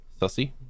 Sussy